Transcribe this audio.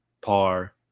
par